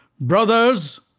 Brothers